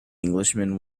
englishman